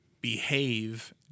behave